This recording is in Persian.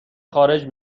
خارج